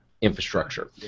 infrastructure